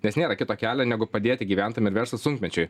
nes nėra kito kelio negu padėti gyventojam ir verslui sunkmečiui